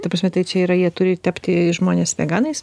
ta prasme tai čia yra jie turi tapti žmonės veganais